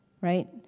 Right